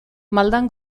maldan